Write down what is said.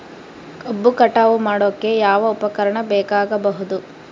ಕಬ್ಬು ಕಟಾವು ಮಾಡೋಕೆ ಯಾವ ಉಪಕರಣ ಬೇಕಾಗಬಹುದು?